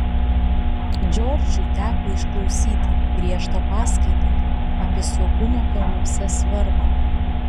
džordžui teko išklausyti griežtą paskaitą apie saugumo kalnuose svarbą